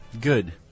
good